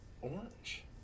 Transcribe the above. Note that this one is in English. orange